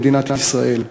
במדינת ישראל.